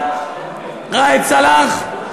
ראאד סלאח.